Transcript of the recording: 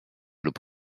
lub